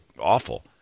awful